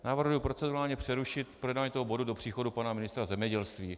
Navrhuji procedurálně přerušit projednávání tohoto bodu do příchodu pana ministra zemědělství.